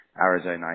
Arizona